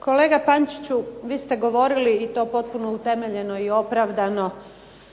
Kolega Pančiću vi ste govorili i to potpuno utemeljeno i opravdano